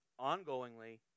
ongoingly